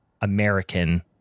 american